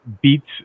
beats